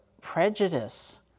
prejudice